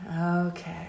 Okay